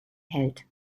hält